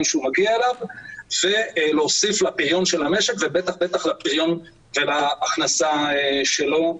שהוא מגיע אליו ולהוסיף לפריון של המשק ובטח ובטח לפריון ולהכנסה שלו.